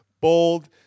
bold